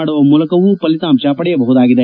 ಮಾಡುವ ಮೂಲಕವೂ ಫಲಿತಾಂತ ಪಡೆಯಬಹುದಾಗಿದೆ